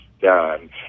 done